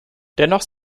dennoch